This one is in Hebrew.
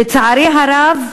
לצערי הרב,